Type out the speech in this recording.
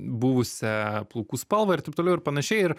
buvusią plaukų spalvą ir taip toliau ir panašiai ir